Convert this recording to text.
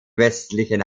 westlichen